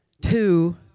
Two